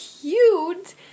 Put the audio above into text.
cute